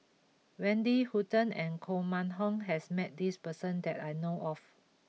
Wendy Hutton and Koh Mun Hong has met this person that I know of